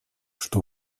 что